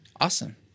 Awesome